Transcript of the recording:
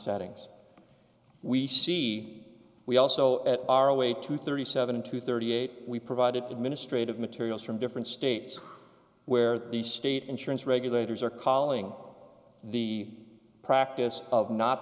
settings we see we also are a way to thirty seven to thirty eight we provided to administrative materials from different states where the state insurance regulators are calling the practice of not